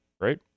right